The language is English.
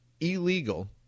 illegal